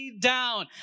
Down